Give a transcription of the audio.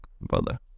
brother